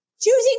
Choosing